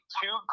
two